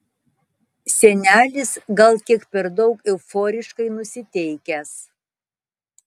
senelis gal kiek per daug euforiškai nusiteikęs